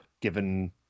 given